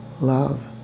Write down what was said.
love